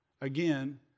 again